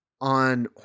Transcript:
on